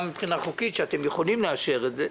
מבחינה חוקית וקבענו שאתם יכולים לאשר את זה.